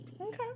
okay